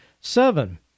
Seven